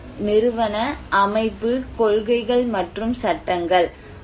ஒன்று நிறுவன அமைப்பு கொள்கைகள் மற்றும் சட்டங்கள்